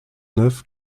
neuf